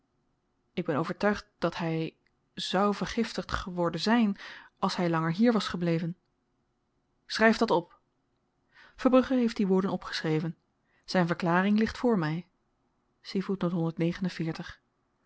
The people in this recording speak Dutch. ik ben overtuigd dat hy zou vergiftigd geworden zyn als hy langer hier was gebleven schryf dat op verbrugge heeft die woorden opgeschreven zyn verklaring ligt voor my